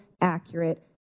accurate